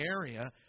area